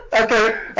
Okay